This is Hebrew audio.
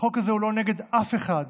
החוק הזה הוא לא נגד אף אחד.